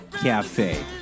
cafe